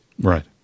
Right